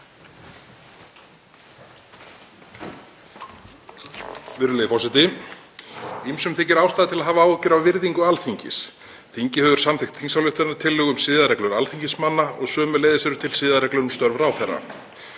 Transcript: Virðulegur forseti. Ýmsum þykir ástæða til að hafa áhyggjur af virðingu Alþingis. Þingið hefur samþykkt þingsályktunartillögu um siðareglur alþingismanna og sömuleiðis eru til siðareglur um störf ráðherra.